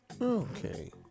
Okay